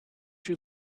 you